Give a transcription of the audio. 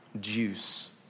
juice